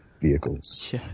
vehicles